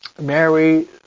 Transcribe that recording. Mary